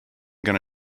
gonna